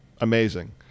amazing